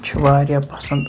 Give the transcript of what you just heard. چھِ واریاہ پَسنٛد